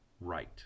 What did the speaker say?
right